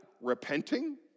repenting